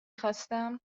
خواستم